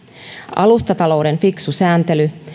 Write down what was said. alustatalouden fiksu sääntely